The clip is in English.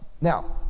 Now